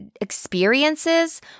experiences